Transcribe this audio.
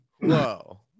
whoa